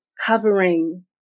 covering